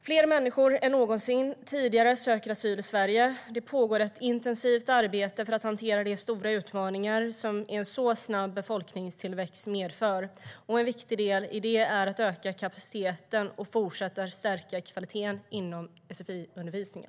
Fler människor än någonsin tidigare söker asyl i Sverige. Det pågår ett intensivt arbete för att hantera de stora utmaningar som en så snabb befolkningstillväxt medför. En viktig del i det är att öka kapaciteten och fortsätta att stärka kvaliteten inom sfi-undervisningen.